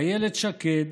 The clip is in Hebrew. אילת שקד,